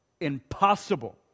impossible